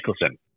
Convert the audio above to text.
Nicholson